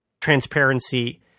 transparency